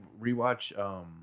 Rewatch